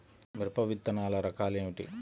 మిరప విత్తనాల రకాలు ఏమిటి?